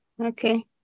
Okay